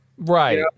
Right